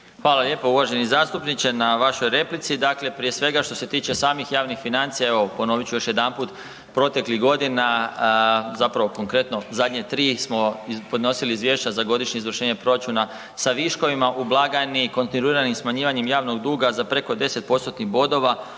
Hvala lijepo uvaženi zastupniče na vašoj replici. Dakle, prije svega što se tiče samih javnih financija, evo ponovit ću još jedanput, proteklih godina zapravo konkretno zadnje tri smo podnosili izvješća za godišnje izvješće proračuna sa viškovima u blagajni, kontinuiranim smanjivanjem javnog duga za preko deset